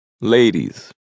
Ladies